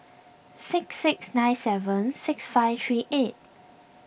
six six nine seven six five three eight